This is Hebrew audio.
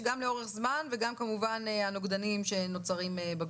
שגם לאורך זמן וגם כמובן הנוגדנים שנוצרים בגוף.